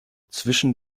zwischen